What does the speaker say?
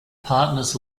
partners